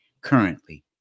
currently